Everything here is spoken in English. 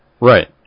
right